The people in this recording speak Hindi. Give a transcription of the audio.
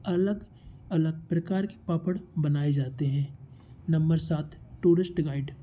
अलग अलग प्रकार के पापड़ बनाए जाते हैं नंबर सात टूरिस्ट गाइड